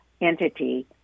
entity